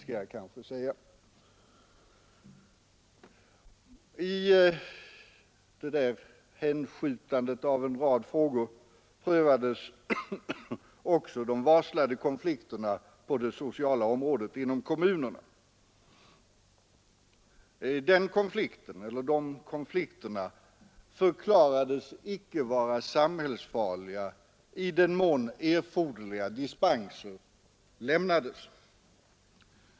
I den rad frågor som hänsköts till nämnderna ingick också de varslade konflikterna på det sociala området inom kommunerna. De konflikterna förklarades vara icke samhällsfarliga i den mån erforderliga dispenser lämnades.